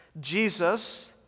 Jesus